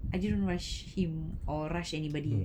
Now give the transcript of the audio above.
I didn't rush him or rush anybody